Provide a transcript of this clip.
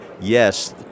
yes